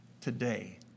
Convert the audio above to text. today